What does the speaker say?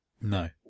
No